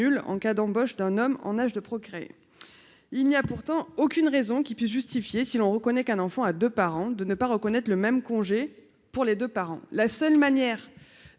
en cas d'embauche d'un homme en âge de procréer, il n'y a pourtant aucune raison qui puisse justifier si l'on reconnaît qu'un enfant a 2 parents de ne pas reconnaître le même congé pour les 2 parents, la seule manière